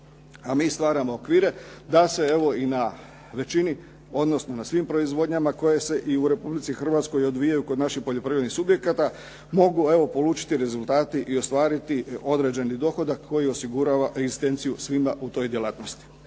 A mi stvaramo okvire da se evo i na većini odnosno na svim proizvodnjama koje se i u Republici Hrvatskoj odvijaju kod naših poljoprivrednih subjekata mogu evo polučiti rezultati i ostvariti određeni dohodak koji osigurava egzistenciju svima u toj djelatnosti.